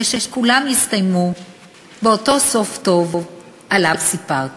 ושכל המקרים יסתיימו באותו סוף טוב שעליו סיפרתי.